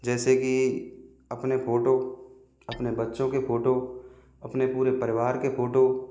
जैसे कि अपने फ़ोटो अपने बच्चों के फ़ोटो अपने पूरे परिवार के फ़ोटो